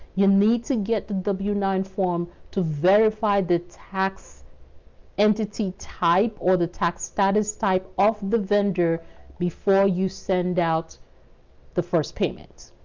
you need to get a w nine form. to verify the tax entity type or the tax status type of the. vendor before you send out the first payment.